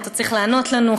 אתה צריך לענות לנו.